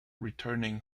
returning